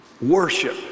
worship